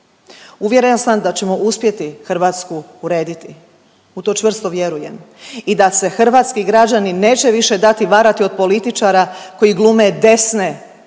Uvjerena sam da ćemo uspjeti Hrvatsku urediti. U to čvrsto vjerujem i da se hrvatski građani neće više dati varati od političara koji glume desne